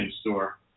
store